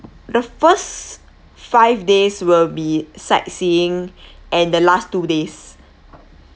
the first five days will be sightseeing and the last two days